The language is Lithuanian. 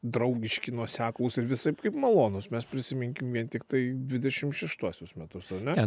draugiški nuoseklūs ir visaip kaip malonūs mes prisiminkim vien tiktai dvidešim šeštuosius metus ar ne